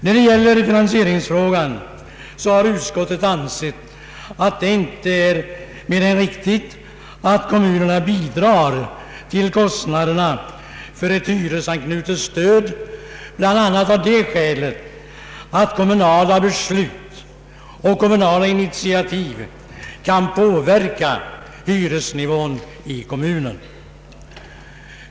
När det gäller finansieringsfrågan har utskottet ansett att det inte är mer än riktigt att kommunerna bidrar till kostnaderna för ett hyresanknutet stöd bl.a. av det skälet att kommunala beslut och kommunala initiativ kan påverka hyresnivån i kommunen.